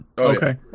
Okay